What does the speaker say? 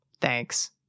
Thanks